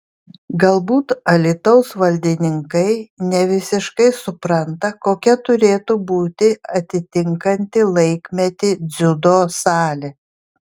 galbūt alytaus valdininkai ne visiškai supranta kokia turėtų būti atitinkanti laikmetį dziudo salė